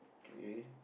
K